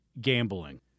gambling